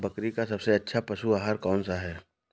बकरी का सबसे अच्छा पशु आहार कौन सा है?